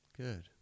Good